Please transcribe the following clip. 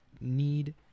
need